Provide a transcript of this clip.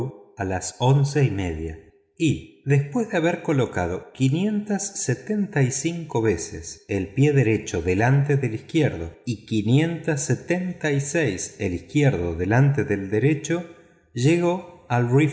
a las once y media y después de haber colocado quinientas setenta y cinco veces el pie derecho delante del izquierdo y quinientas setenta y seis veces el izquierdo delante del derecho llegó al